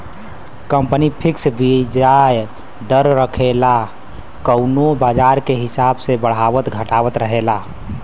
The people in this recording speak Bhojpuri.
कंपनी फिक्स बियाज दर रखेला कउनो बाजार के हिसाब से बढ़ावत घटावत रहेला